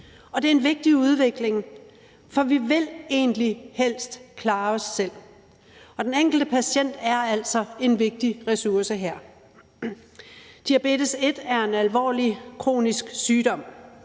og det er en vigtig udvikling, for vi vil egentlig helst klare os selv, og den enkelte patient er altså en vigtig ressource her. Type 1-diabetes er en alvorlig kronisk sygdom.